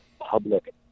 public